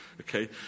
Okay